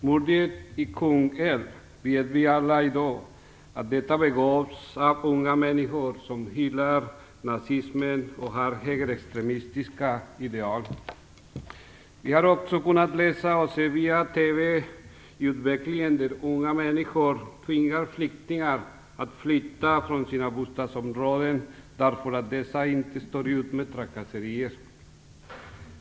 Men vi vet alla i dag att mordet i Kungälv begicks av unga människor som hyllar nazismen och har högerextremistiska ideal. Vi har också kunnat läsa i tidningar och se på TV att det pågår en utveckling där unga människor tvingar flyktingar att flytta från sina bostadsområden, eftersom de inte står ut med trakasserier.